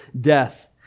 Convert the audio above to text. death